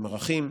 עם ערכים,